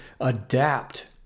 adapt